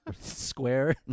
square